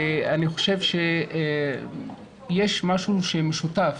אני חושב שיש משהו משותף